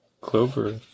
Clover